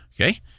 okay